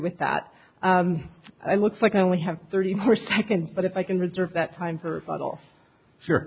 with that i looks like i only have thirty more seconds but if i can reserve that time for